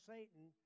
Satan